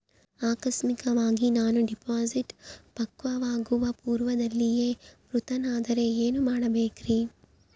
ಆಕಸ್ಮಿಕವಾಗಿ ನಾನು ಡಿಪಾಸಿಟ್ ಪಕ್ವವಾಗುವ ಪೂರ್ವದಲ್ಲಿಯೇ ಮೃತನಾದರೆ ಏನು ಮಾಡಬೇಕ್ರಿ?